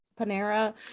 Panera